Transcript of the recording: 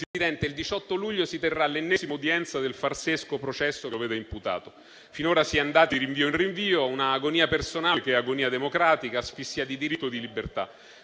Presidente, il 18 luglio si terrà l'ennesima udienza del farsesco processo che lo vede imputato. Finora si è andati di rinvio in rinvio, con un'agonia personale che è agonia democratica, asfissia di diritto e di libertà,